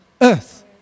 Earth